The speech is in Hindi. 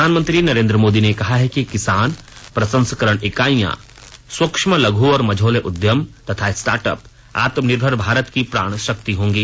प्रधानमंत्री नरेन्द्र मोदी ने कहा है कि किसान प्रसंस्करण इकाइयां सूक्ष्म लघ् और मझौले उद्यम तथा स्टार्टअप आत्मनिर्भर भारत की प्राण शक्ति होंगे